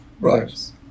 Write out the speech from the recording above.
Right